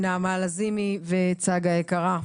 נעמה לזימי וצגה היקרה.